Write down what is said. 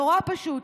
נורא פשוט.